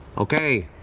okay.